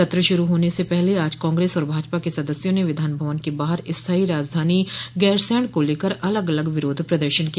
सत्र शुरू होने से पहले आज कांग्रेस और भाजपा के सदस्यों ने विधान भवन के बाहर स्थाई राजधानी गैरसैंण को लेकर अलग अलग विरोध प्रदर्शन किया